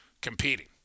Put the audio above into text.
competing